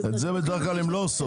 זה בדרך כלל הן לא עושות,